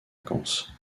vacances